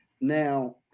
Now